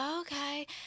okay